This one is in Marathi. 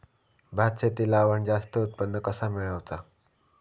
भात शेती लावण जास्त उत्पन्न कसा मेळवचा?